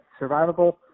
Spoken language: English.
survivable